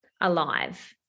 alive